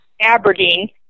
Aberdeen